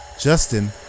Justin